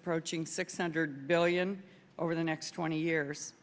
approaching six hundred billion over the next twenty years